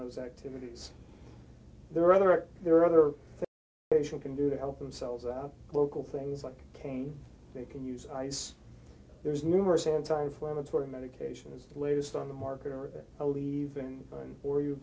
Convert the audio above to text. those activities there are other there are other can do to help themselves out local things like cane they can use ice there's numerous anti inflammatory medications the latest on the market or aleve and or you